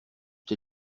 tes